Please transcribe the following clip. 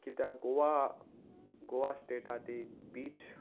कित्याक गोवा गोवा स्टेटा ती बीच